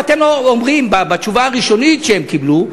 אתם אומרים, בתשובה הראשונית שהם קיבלו,